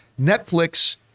Netflix